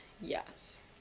Yes